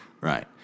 Right